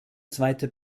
zweite